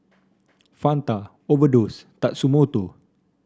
Fanta Overdose Tatsumoto